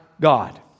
God